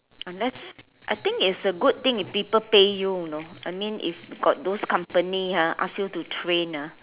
unless I think is a good thing if people pay you you know I mean if got those company ah ask you to train ah